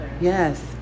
Yes